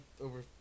over